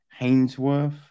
Hainsworth